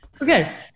Okay